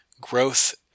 growth